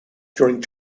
during